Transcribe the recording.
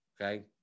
Okay